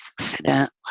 accident